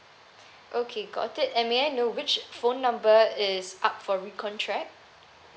okay got it and may I know which phone number is up for recontract